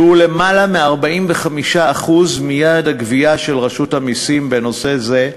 שהם למעלה מ-45% מיעד הגבייה של רשות המסים בנושא זה,